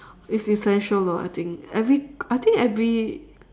it's essential though I think every I think every